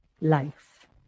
life